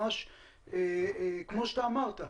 כמו שאמרת,